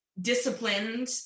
disciplined